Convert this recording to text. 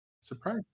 Surprise